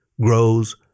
grows